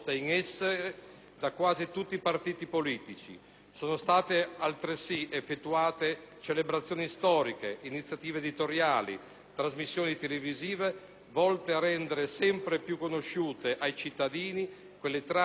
da quasi tutti i partiti politici. Sono state altresì effettuate celebrazioni storiche, iniziative editoriali, trasmissioni televisive volte a rendere sempre più conosciute ai cittadini quelle tragiche vicende